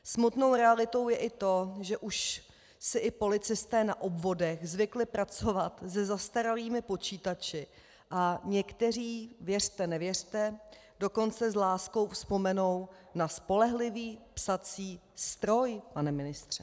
Smutnou realitou je i to, že si už i policisté na obvodech zvykli pracovat se zastaralými počítači a někteří věřte nevěřte dokonce s láskou vzpomenou na spolehlivý psací stroj, pane ministře.